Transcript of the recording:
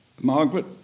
Margaret